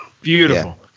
Beautiful